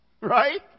Right